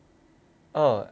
oh